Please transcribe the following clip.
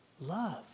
love